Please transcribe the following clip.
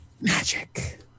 Magic